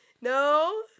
no